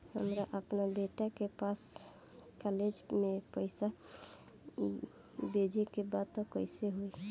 हमरा अपना बेटा के पास कॉलेज में पइसा बेजे के बा त कइसे होई?